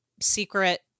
secret